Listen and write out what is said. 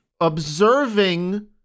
observing